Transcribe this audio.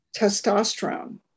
Testosterone